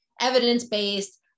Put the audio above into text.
evidence-based